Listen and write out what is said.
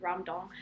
ramdong